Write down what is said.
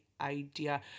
idea